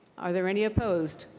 are there any opposed?